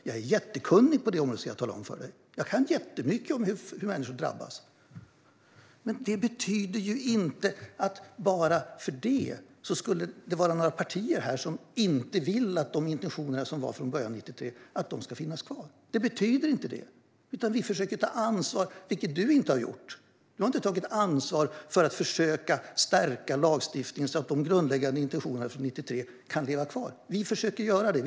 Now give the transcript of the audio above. Jag är jättekunnig på det området, ska jag tala om. Jag kan jättemycket om hur människor drabbas. Det betyder inte att det finns några partier här som inte vill att intentionerna som fanns från början, 1993, ska finnas kvar. Det betyder inte det, utan vi försöker ta ansvar, vilket Anders W Jonsson inte har gjort. Han har inte tagit ansvar för att försöka förstärka lagstiftningen så att de grundläggande intentionerna från 1993 kan leva kvar. Vi försöker göra det.